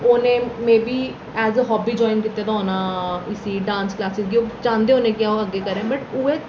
उ'नें maybe as a hobby join कीते दा होना उसी डांस क्लास गी कि ओह् चांह्दे होने कि ओह् अग्गें करै बट उ'ऐ